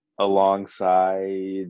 alongside